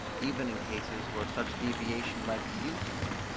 even in cases where such deviation might be useful,